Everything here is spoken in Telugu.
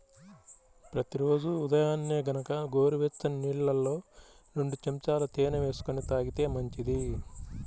ప్రతి రోజూ ఉదయాన్నే గనక గోరువెచ్చని నీళ్ళల్లో రెండు చెంచాల తేనె వేసుకొని తాగితే మంచిది